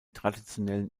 traditionellen